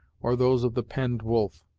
or those of the penned wolf.